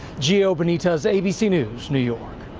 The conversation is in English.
gio benitez abc news, new york.